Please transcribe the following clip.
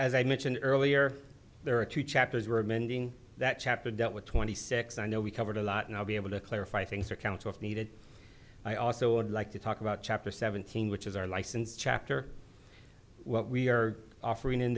as i mentioned earlier there are two chapters were amending that chapter dealt with twenty six i know we covered a lot and i'll be able to clarify things for council if needed i also would like to talk about chapter seventeen which is our license chapter what we are offering in